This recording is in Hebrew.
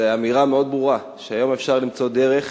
זה אמירה מאוד ברורה, שהיום אפשר למצוא דרך